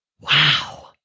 Wow